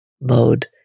mode